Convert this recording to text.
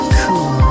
cool